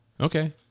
Okay